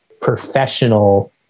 professional